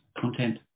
content